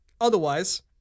Otherwise